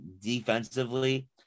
defensively